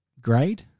grade